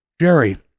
Jerry